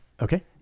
okay